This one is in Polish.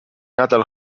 nadal